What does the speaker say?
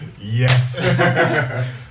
Yes